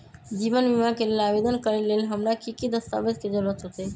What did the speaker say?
जीवन बीमा के लेल आवेदन करे लेल हमरा की की दस्तावेज के जरूरत होतई?